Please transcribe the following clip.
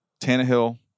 Tannehill